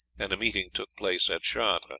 and a meeting took place at chartres,